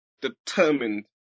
determined